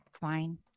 Fine